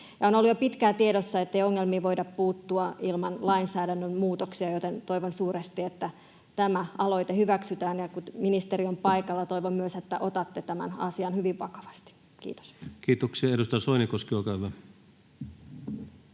On ollut jo pitkään tiedossa, ettei ongelmiin voida puuttua ilman lainsäädännön muutoksia, joten toivon suuresti, että tämä aloite hyväksytään. Ja kun ministeri on paikalla, toivon myös, että otatte tämän asian hyvin vakavasti. — Kiitos. [Speech 134] Speaker: